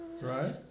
Right